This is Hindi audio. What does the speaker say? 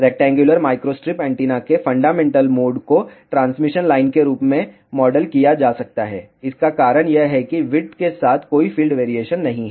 रेक्टेंगुलर माइक्रोस्ट्रिप एंटीना के फंडामेंटल मोड को ट्रांसमिशन लाइन के रूप में मॉडल किया जा सकता है इसका कारण यह है कि विड्थ के साथ कोई फ़ील्ड वेरिएशन नहीं है